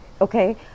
okay